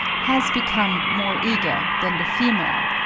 has become more eager than the female,